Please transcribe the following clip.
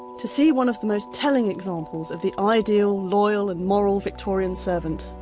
to see one of the most telling examples of the ideal, loyal and moral victorian servant,